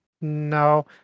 No